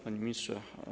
Panie Ministrze!